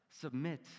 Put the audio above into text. submit